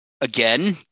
again